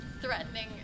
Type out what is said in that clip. threatening